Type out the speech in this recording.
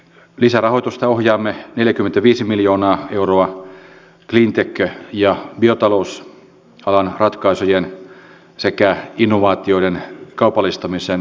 lisärahoitusta ohjaamme neljäkymmentäviisi miljoonaa vanhempainpäivärahojen määräytymisen tulorajoja ja korvausastetta muutetaan seuraavasti